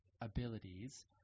abilities